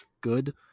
good